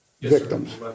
victims